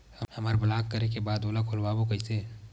हमर ब्लॉक करे के बाद ओला खोलवाबो कइसे?